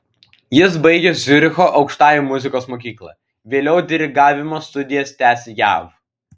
jis baigė ciuricho aukštąją muzikos mokyklą vėliau dirigavimo studijas tęsė jav